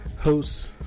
Hosts